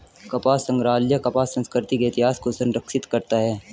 कपास संग्रहालय कपास संस्कृति के इतिहास को संरक्षित करता है